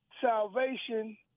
salvation